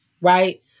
Right